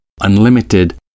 unlimited